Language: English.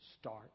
start